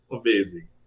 Amazing